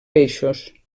peixos